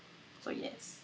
so yes